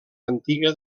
antiga